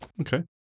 Okay